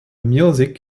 music